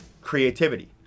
creativity